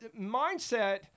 mindset